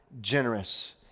generous